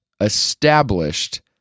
established